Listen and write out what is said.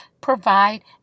provide